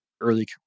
early